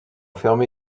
fermée